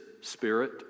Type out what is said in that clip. spirit